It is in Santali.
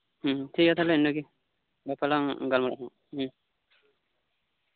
ᱴᱷᱤᱠᱜᱮᱭᱟ ᱛᱟᱞᱦᱮ ᱤᱱᱟᱹ ᱜᱮ ᱜᱟᱯᱟ ᱞᱟᱝ ᱜᱟᱞᱢᱟᱨᱟᱜᱼᱟ ᱱᱟᱦᱟᱜ